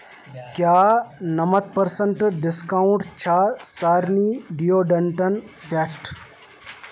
کیٛاہ نَمتھ percent discount چھا سارنٕے ڈِیوڈرٛنٛٹن پٮ۪ٹھ